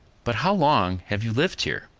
but how long have you lived here?